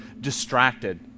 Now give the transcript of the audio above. distracted